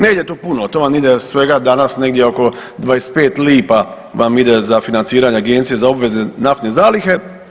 Ne ide to puno, to vam ide svega danas negdje oko 25 lipa vam ide za financiranje Agencije za obvezne naftne zalihe.